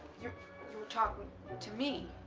you're talking to me